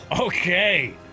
Okay